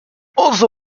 also